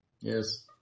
Yes